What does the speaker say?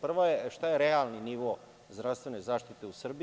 Prva je – šta je realni nivo zdravstvene zaštite u Srbiji.